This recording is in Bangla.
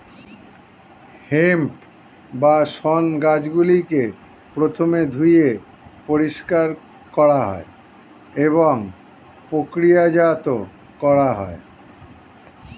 হেম্প বা শণ গাছগুলিকে প্রথমে ধুয়ে পরিষ্কার করা হয় এবং প্রক্রিয়াজাত করা হয়